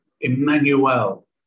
Emmanuel